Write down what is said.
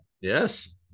Yes